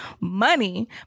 money